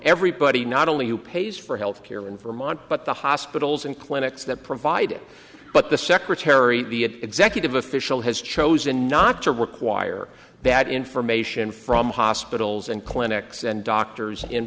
everybody not only who pays for healthcare in vermont but the hospitals and clinics that provide it but the secretary the executive official has chosen not to require that information from hospitals and clinics and doctors in